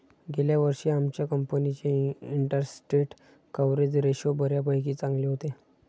गेल्या वर्षी आमच्या कंपनीचे इंटरस्टेट कव्हरेज रेशो बऱ्यापैकी चांगले होते